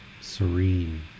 serene